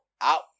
Out